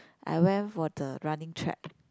I went for the running track